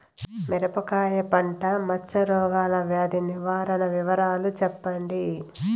మిరపకాయ పంట మచ్చ రోగాల వ్యాధి నివారణ వివరాలు చెప్పండి?